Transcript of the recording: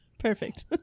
Perfect